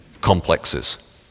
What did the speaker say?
complexes